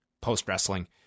post-wrestling